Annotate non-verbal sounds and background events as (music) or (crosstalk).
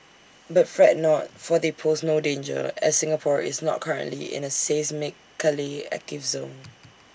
but fret not for they pose no danger as Singapore is not currently in A seismically active zone (noise)